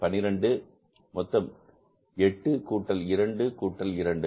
அதாவது மொத்தம் 8 கூட்டல் 2 கூட்டல் 2